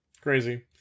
Crazy